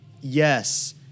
Yes